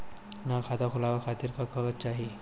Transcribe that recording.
नया खाता खुलवाए खातिर का का कागज चाहीं?